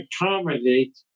accommodate